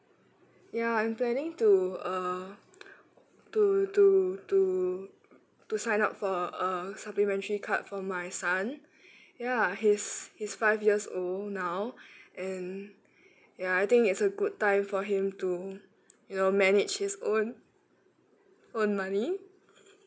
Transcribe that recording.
ya I'm planning to err to to to to sign up for a supplementary card for my son ya he's he's five years old now and ya I think it's a good time for him to you know manage his own own money